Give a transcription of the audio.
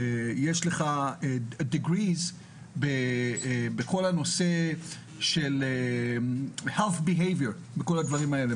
יש Degrees בנושא של Health behaviors וכל הדברים האלה,